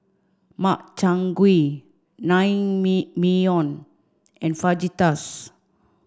Makchang Gui Naengmyeon and Fajitas